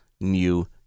new